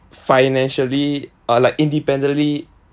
financially uh like independently